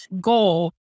goal